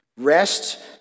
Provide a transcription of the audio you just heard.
Rest